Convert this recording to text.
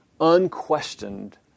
unquestioned